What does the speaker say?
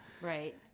Right